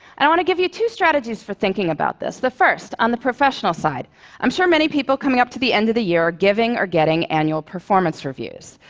and i want to give you two strategies for thinking about this. the first, on the professional side i'm sure many people coming up to the end of the year are giving or getting annual performance reviews.